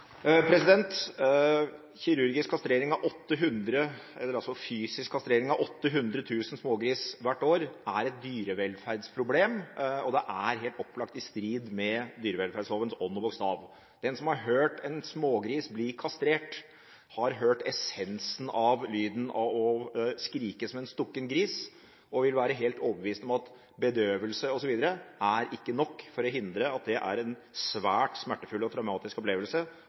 eller altså fysisk kastrering – av 800 000 smågris hvert år er et dyrevelferdsproblem, og det er helt opplagt i strid med dyrevelferdslovens ånd og bokstav. Den som har hørt en smågris bli kastrert, har hørt essensen av lyden av å skrike som en stukket gris og vil være helt overbevist om at bedøvelse osv. ikke er nok for å hindre at det er en svært smertefull og traumatisk opplevelse